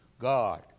God